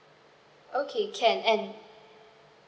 okay can and